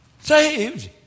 Saved